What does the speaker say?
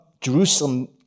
Jerusalem